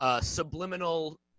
subliminal